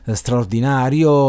straordinario